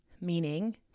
meaning